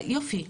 יופי.